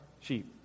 sheep